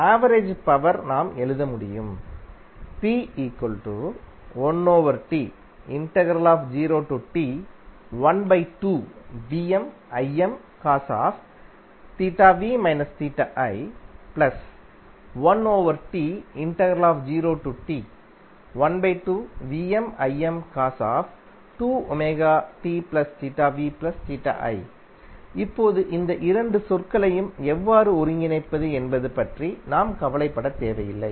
average power நாம் எழுத முடியும் இப்போது இந்த இரண்டு சொற்களையும் எவ்வாறு ஒருங்கிணைப்பது என்பது பற்றி நாம் கவலைப்பட தேவையில்லை